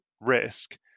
risk